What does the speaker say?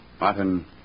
Martin